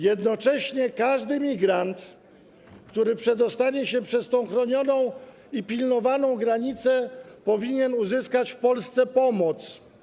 Jednocześnie każdy migrant, który przedostanie się przez tę chronioną i pilnowaną granicę, powinien uzyskać w Polsce pomoc.